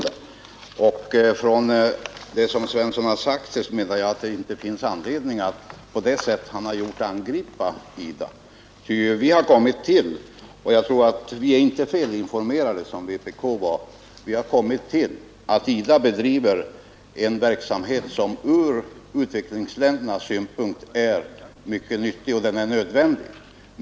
Jag menar att det inte mot bakgrunden av vad herr Svensson sagt här finns anledning att på det sätt han gjort angripa IDA. Vi har nämligen kommit fram till — och jag tror inte att vi är fel informerade som vpk var — att IDA bedriver en verksamhet som ur utvecklingsländernas synpunkt är mycket nyttig och nödvändig.